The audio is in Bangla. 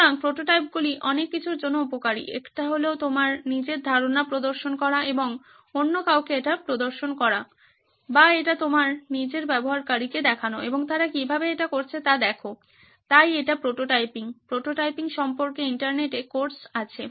সুতরাং প্রোটোটাইপগুলি অনেক কিছুর জন্য উপকারী একটি হলো তোমার নিজের ধারণা প্রদর্শন করা এবং অন্য কাউকে এটি প্রদর্শন করা বা এটি তোমার নিজের ব্যবহারকারীকে দেখানো এবং তারা কীভাবে এটি করছে তা দেখো তাই এটি প্রোটোটাইপিং প্রোটোটাইপিং সম্পর্কে ইন্টারনেটে কোর্স আছে